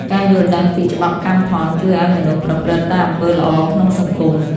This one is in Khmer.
ការយល់ដឹងពីច្បាប់កម្មផល ជួយឱ្យមនុស្សប្រព្រឹត្តតែអំពើល្អក្នុងសង្គម។